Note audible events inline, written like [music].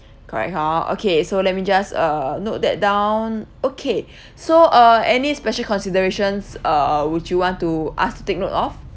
correct hor okay so let me just uh note that down okay [breath] so uh any special considerations uh would you want to~ us to take note of